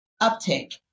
uptake